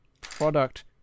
product